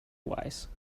wise